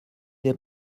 des